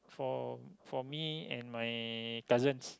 for for me and my cousins